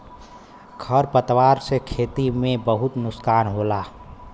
खर पतवार से खेती में बहुत नुकसान होला